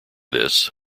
this